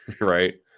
right